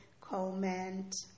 comment